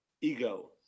ego